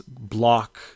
block